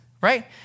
right